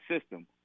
system